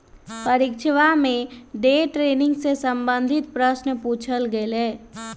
परीक्षवा में day trading से संबंधित प्रश्न पूछल गय लय